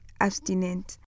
abstinent